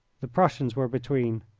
the prussians were between.